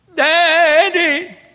Daddy